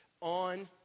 on